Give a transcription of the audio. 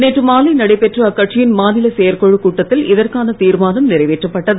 நேற்று மாலை நடைபெற்ற அக்கட்சியின் மாநில செயற்குழு கூட்டத்தில் இதற்கான தீர்மானம் நிறைவேற்றப்பட்டது